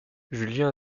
julien